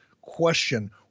question